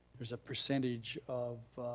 there's a percentage of